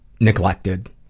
neglected